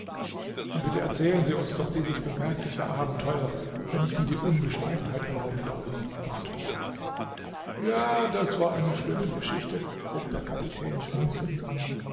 bitte erzählen sie uns doch dieses bemerkliche abenteuer wenn ich mir die unbescheidenheit erlauben darf bat john ja das war eine schlimme geschichte hub der kapitän schmunzelnd an